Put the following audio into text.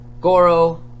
Goro